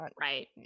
right